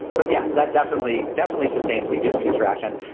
but yes, that definitely, definitely sustains me, gives me interaction.